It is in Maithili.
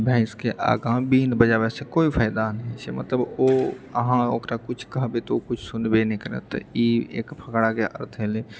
भैंसके आगाँ बीन बजाबऽसँ कोइ फायदा नहि होइत छै मतलब ओ अहाँ ओकरा किछु कहबै तऽ ओ सुनबे नहि करत तऽ ई एक फकराके अर्थ भेलै